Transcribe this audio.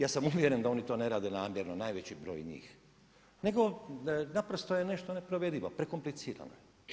Ja sam uvjeren da oni to ne rade namjerno, najveći broj njih, nego naprosto je nešto neprovedivo, prekomplicirano.